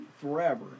forever